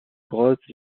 grottes